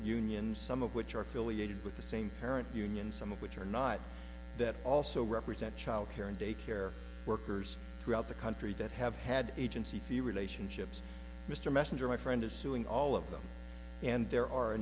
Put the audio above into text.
unions some of which are affiliated with the same parent union some of which are not that also represent child care and day care workers throughout the country that have had agency few relationships mr messenger my friend is suing all of them and there are a